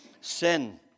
sin